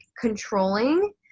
controlling